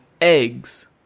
eggs